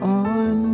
on